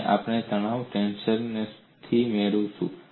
અને આપણે તે તણાવ ટેન્સર થી મેળવીશું